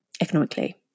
economically